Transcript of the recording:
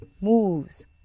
moves